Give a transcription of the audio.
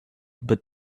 but